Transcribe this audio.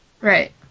Right